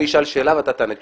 אני אשאל שאלה ואתה תענה תשובה.